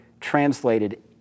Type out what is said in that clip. translated